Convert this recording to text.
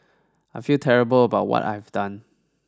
I feel terrible about what I have done